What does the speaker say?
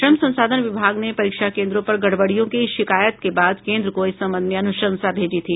श्रम संसाधन विभाग ने परीक्षा केन्द्रों पर गड़बड़ियों की शिकायत के बाद केन्द्र को इस संबंध में अनुशंसा भेजी थी